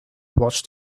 watched